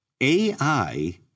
AI